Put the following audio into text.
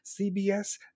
CBS